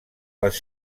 les